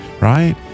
Right